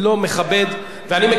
ואני מכיר את השר לנדאו,